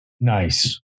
Nice